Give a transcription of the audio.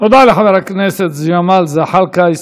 תודה לחבר הכנסת ג'מאל זחאלקה.